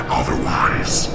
otherwise